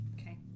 Okay